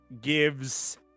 gives